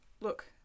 Look